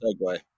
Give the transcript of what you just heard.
segue